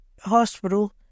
hospital